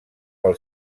pel